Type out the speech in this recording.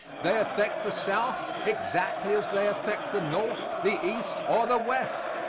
they affect the south exactly as they affect the north, the east or the west.